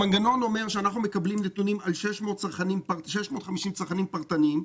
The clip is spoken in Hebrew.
המנגנון אומר שאנחנו מקבלים נתונים על 650,000 צרכנים פרטניים,